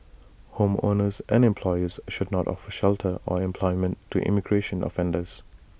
homeowners and employers should not offer shelter or employment to immigration offenders